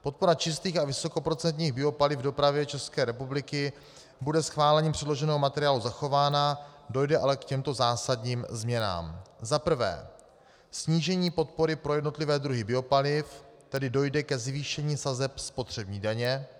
Podpora čistých a vysokoprocentních biopaliv v dopravě České republiky bude schválením předloženého materiálu zachována, dojde ale k těmto zásadním změnám: Za prvé snížení podpory pro jednotlivé druhy biopaliv, tedy dojde ke zvýšení sazeb spotřební daně.